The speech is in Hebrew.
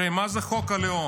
הרי מה זה חוק הלאום?